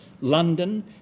London